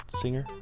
singer